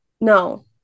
No